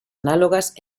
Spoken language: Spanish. análogas